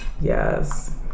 Yes